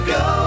go